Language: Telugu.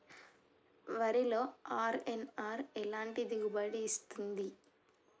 వరిలో అర్.ఎన్.ఆర్ ఎలాంటి దిగుబడి ఇస్తుంది?